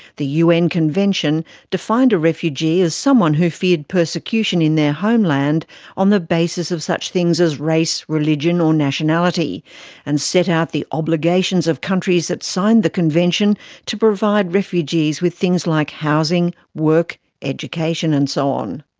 the un convention defined a refugee as someone who feared persecution in their homeland on the basis of such things as race, religion or nationality and set out the obligations of countries that signed the convention to provide refugees with things like housing, work, education and so on.